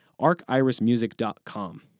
arcirismusic.com